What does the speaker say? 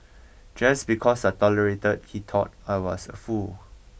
just because I tolerated he thought I was a fool